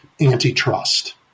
antitrust